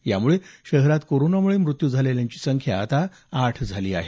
यामुळे शहरात कोरोनामुळे मृत्यू झालेल्याची संख्या आता आठ झाली आहे